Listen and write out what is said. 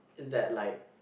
that like